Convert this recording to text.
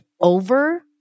over